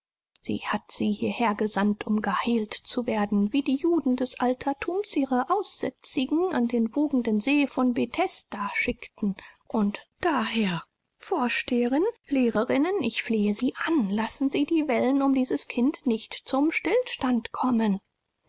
sie hat sie hierher gesandt um geheilt zu werden wie die juden des altertums ihre aussätzigen an den wogenden see von bethesda schickten und daher vorsteherin lehrerinnen ich flehe sie an lassen sie die wellen um dieses kind nicht zum stillstand kommen